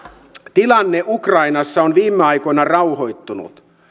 tilanne ukrainassa on viime aikoina rauhoittunut